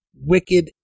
wicked